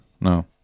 No